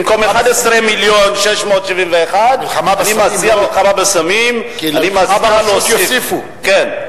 במקום 11 מיליון 671, למלחמה בסמים יוסיפו, כן.